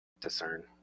discern